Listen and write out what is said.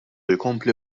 jkompli